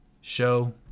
show